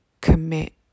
commit